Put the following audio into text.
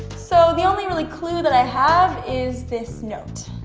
so the only really clue that i have is this note.